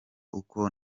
uko